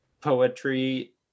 poetry